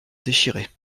déchirées